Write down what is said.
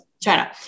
China